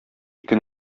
ике